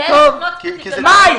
כי יש שכונות --- מאי,